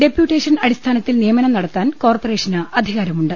deputation അടിസ്ഥാന ത്തിൽ നിയമനം നടത്താൻ കോർപ്പറേഷന് അധികാര മുണ്ട്